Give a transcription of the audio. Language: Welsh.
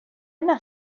yna